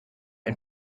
ein